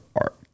art